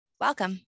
Welcome